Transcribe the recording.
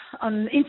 on